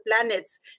planets